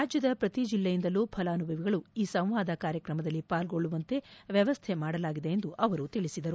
ರಾಜ್ದ ಪ್ರತಿ ಜಿಲ್ಲೆಯಿಂದಲೂ ಫಲಾನುಭವಿಗಳು ಈ ಸಂವಾದ ಕಾರ್ಯಕ್ರಮದಲ್ಲಿ ಪಾಲ್ಗೊಳ್ಳುವಂತೆ ವ್ಯವಸ್ಟ ಮಾಡಲಾಗಿದೆ ಎಂದು ಅವರು ತಿಳಿಸಿದರು